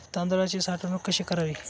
तांदळाची साठवण कशी करावी?